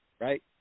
right